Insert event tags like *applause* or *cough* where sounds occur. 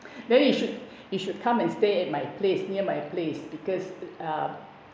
*noise* then you should you should come and stay at my place near my place because uh